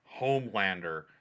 Homelander